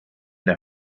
der